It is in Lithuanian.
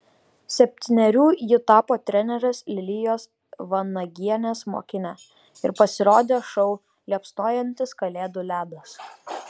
septynerių ji tapo trenerės lilijos vanagienės mokine ir pasirodė šou liepsnojantis kalėdų ledas